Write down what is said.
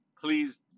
Please